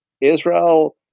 Israel